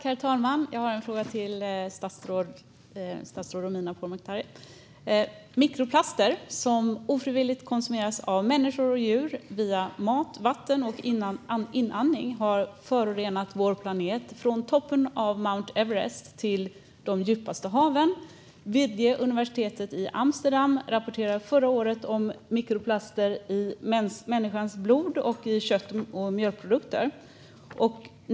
Herr talman! Jag har en fråga till statsrådet Romina Pourmokhtari. Mikroplaster som konsumeras ofrivilligt av människor och djur via mat, vatten och inandning har förorenat vår planet - från toppen av Mount Everest till de djupaste haven. Vrije universitetet i Amsterdam rapporterade förra året om mikroplaster i människans blod och i kött och mjölkprodukter.